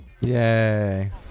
Yay